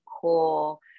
cool